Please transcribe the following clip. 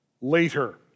later